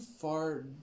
far